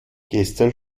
gestern